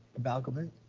balgobin.